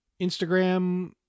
Instagram